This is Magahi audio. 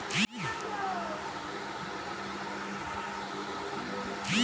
गुलदाऊदी भारत में मुगल काल आनल एगो विदेशी फूल हइ